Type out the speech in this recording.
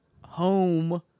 home